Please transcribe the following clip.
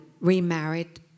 remarried